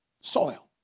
soil